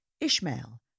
Ishmael